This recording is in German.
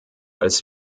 als